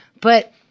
But-